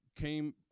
came